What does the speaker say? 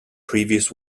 previous